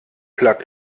plug